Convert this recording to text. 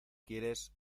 quieres